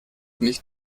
nicht